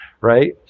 Right